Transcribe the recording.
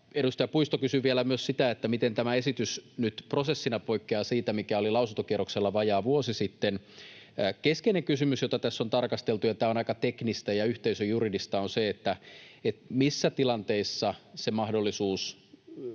Edustaja Puisto kysyi vielä myös, miten tämä esitys nyt prosessina poikkeaa siitä, mikä oli lausuntokierroksella vajaa vuosi sitten. Keskeinen kysymys, jota tässä on tarkasteltu — ja tämä on aika teknistä ja yhteisöjuridista — on se, missä tilanteissa se mahdollisuus